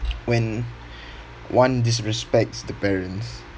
when one disrespects the parents